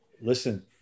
listen